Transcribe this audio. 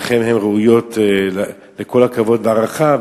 לכן הן ראויות לכל הכבוד וההערכה.